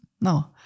No